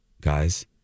guys